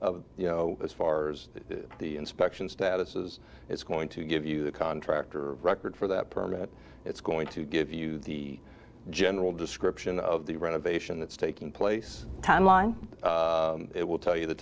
activity you know as far as the inspection statuses it's going to give you the contractor record for that permit it's going to give you the general description of the renovation that's taking place timeline it will tell you the